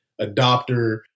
adopter